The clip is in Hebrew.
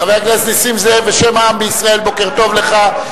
חבר הכנסת נסים זאב, בשם העם בישראל, בוקר טוב לך.